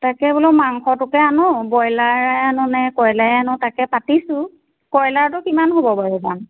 তাকে বোলো মাংসটোকে আনো ব্ৰইলাৰে আনো নে কয়লাৰে আনো তাকে পাতিছোঁ কয়লাৰটো কিমান হ'ব বাৰু দাম